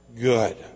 good